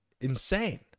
insane